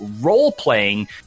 role-playing